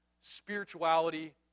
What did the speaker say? spirituality